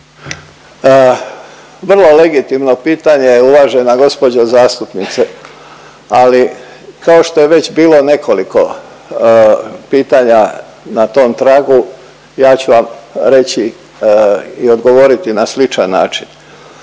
Vrlo legitimno pitanje uvažena gđo. zastupnice, ali kao što je već bilo nekoliko pitanja na tom tragu ja ću vam reći i odgovoriti na sličan način.